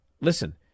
listen